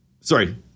Sorry